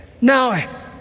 Now